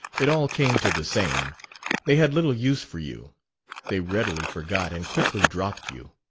it all came to the same they had little use for you they readily forgot and quickly dropped you.